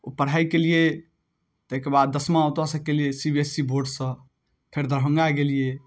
पढ़ाइ केलियै ताहिके बाद दसमा ओतयसँ केलियै सी बी एस इ बोर्डसँ फेर दरभंगा गेलियै